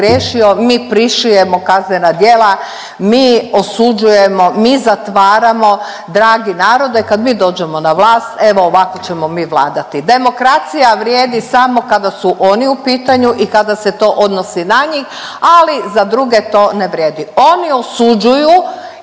mi prišijemo kaznena djela mi osuđujemo mi zatvaramo dragi narode kad mi dođemo na vlast evo ovako ćemo mi vladati demokracija vrijedi samo kada su oni u pitanju i kada se to odnosi na njih ali za druge to ne vrijedi oni osuđuju